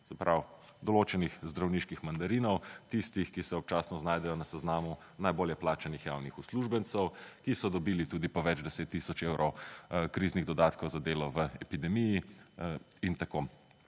pravi, določenih zdravniških mandarinov, tistih ki se občasno znajdejo na seznamu najbolje plačanih javnih uslužbencev, ki so dobili tudi po več 10 tisoč evrov kriznih dodatkov za delo v epidemiji, itn.